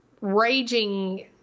raging